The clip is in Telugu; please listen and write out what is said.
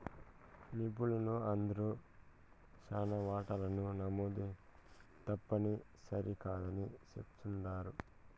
నిపుణులందరూ శానా వాటాలకు నమోదు తప్పుని సరికాదని చెప్తుండారు